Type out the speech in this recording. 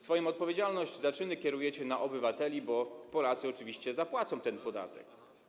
Swoją odpowiedzialność za czyny przerzucacie na obywateli, bo Polacy oczywiście zapłacą ten podatek.